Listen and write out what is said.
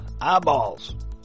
eyeballs